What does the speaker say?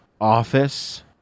office